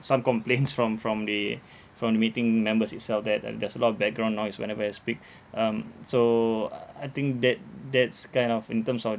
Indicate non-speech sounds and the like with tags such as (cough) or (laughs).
some complaints (laughs) from from the from the meeting members itself that uh there's a lot of background noise whenever I speak um so uh I think that that's kind of in terms on